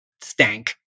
stank